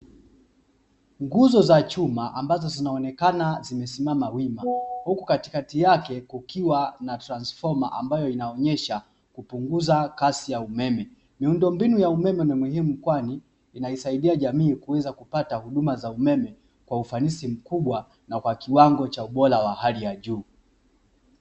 Nguzo za chuma ambazo zinaonekana zimesimama wima huku katikati yake kukiwa transfoma ambayo inaonyesha kupunguza kasi ya umeme. Miundombinu ya umeme ni muhimu kwani inaisaidia jamii kuweza kupata huduma za umeme kwa ufanisi mkubwa na kwa kiwango cha ubora wa hali ya juu.